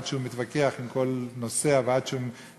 עד שהוא מתווכח עם כל נוסע ועד שהוא משלם,